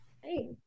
Hey